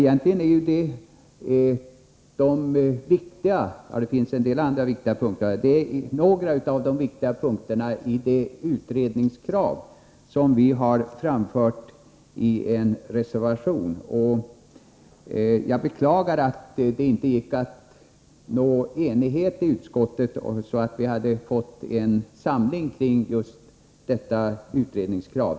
Detta är några av de viktiga punkterna i de utredningskrav som vi har framfört i en reservation. Jag beklagar att det inte gick att nå enighet i utskottet, så att vi hade kunnat få en samling kring just detta utredningskrav.